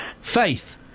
Faith